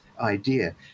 idea